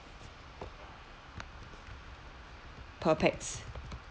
per pax